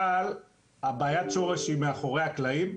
אבל בעיית השורש היא מאחורי הקלעים.